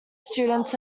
students